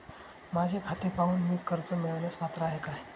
माझे खाते पाहून मी कर्ज मिळवण्यास पात्र आहे काय?